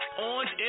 Orange